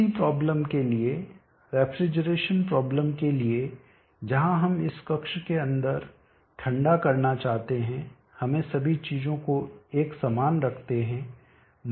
उसी प्रॉब्लम के लिए रेफ्रिजरेशन प्रॉब्लम के लिए जहां हम इस कक्ष के अंदर ठंडा करना चाहते हैं हमें सभी चीजों को एक समान रखते हैं